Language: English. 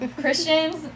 Christians